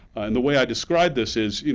and the way i describe this is,